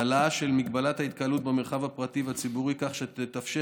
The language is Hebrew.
והעלאה של הגבלת ההתקהלות במרחב הפרטי והציבורי כך שתאפשר